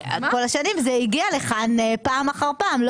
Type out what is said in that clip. כל השנים זה הגיע לכאן פעם אחר פעם.